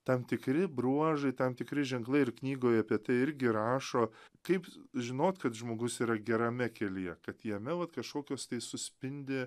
tam tikri bruožai tam tikri ženklai ir knygoj apie tai irgi rašo kaip žinot kad žmogus yra gerame kelyje kad jame vat kašokios tai suspindi